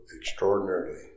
extraordinarily